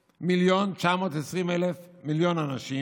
61, אין נמנעים.